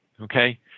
okay